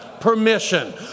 permission